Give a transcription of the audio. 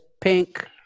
pink